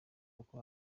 boko